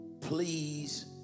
please